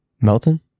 Melton